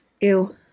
ew